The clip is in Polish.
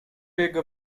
jego